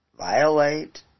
Violate